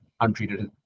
untreated